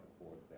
forward